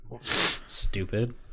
Stupid